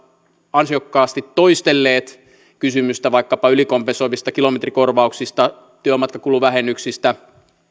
ansiokkaasti toistelleet kysymystä vaikkapa ylikompensoivista kilometrikorvauksista työmatkakuluvähennyksistä